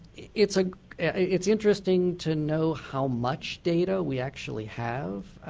it's ah it's interesting to know how much data we actually have.